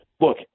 Look